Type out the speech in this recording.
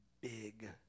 big